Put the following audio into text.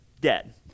dead